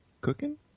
Cooking